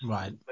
Right